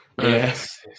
Yes